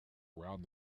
around